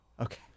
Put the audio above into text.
Okay